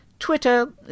Twitter